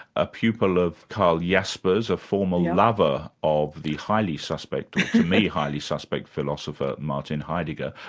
a pupil of karl jasper's, a former lover of the highly suspect, to me highly suspect philosopher martin heidegger.